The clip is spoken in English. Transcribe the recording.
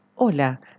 Hola